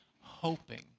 hoping